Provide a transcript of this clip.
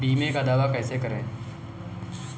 बीमे का दावा कैसे करें?